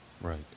Right